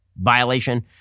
violation